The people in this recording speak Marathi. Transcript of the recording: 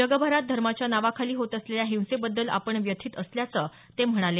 जगभरात धर्माच्या नावाखाली होत असलेल्या हिंसेबद्दल आपण व्यथित असल्याचं ते म्हणाले